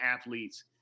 athletes